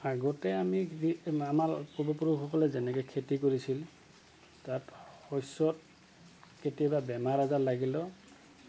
আগতে আমি আমাৰ পূৰ্বপুৰুষসকলে যেনেকে খেতি কৰিছিল তাত শস্যত কেতিয়াবা বেমাৰ আজাৰ লাগিলেও